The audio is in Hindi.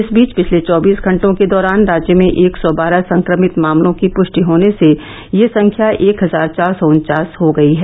इस बीच पिछले चौबीस घंटों के दौरान राज्य में एक सौ बारह संक्रमित मामलों की पुष्टि होने से यह संख्या एक हजार चार सौ उनचास हो गई है